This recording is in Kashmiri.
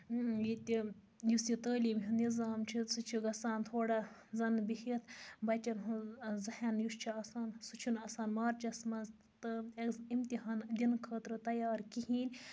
ییٚتہِ یُس یہِ تعلیٖم ہُنٛد نظام چھِ سُہ چھِ گژھان تھوڑا زَنٛنہٕ بِہِتھ بَچَن ہُنٛد زِہیٚن یُس چھِ آسان سُہ چھُنہٕ آسان مارٕچَس منٛز تہٕ امتحان دِنہٕ خٲطرٕ تیار کِہیٖنۍ